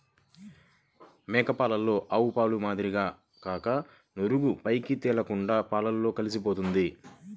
మేక పాలలో ఆవుపాల మాదిరిగా కాక నురుగు పైకి తేలకుండా పాలతో కలిసిపోతుంది